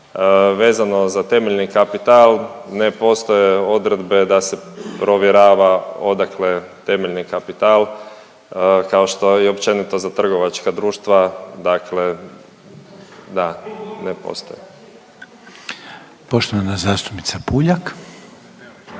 Vezano za temeljni kapital, ne postoje odredbe da se provjerava odakle temeljni kapital kao što je i općenito za trgovačka društva. Dakle, da ne postoje. **Reiner, Željko